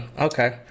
okay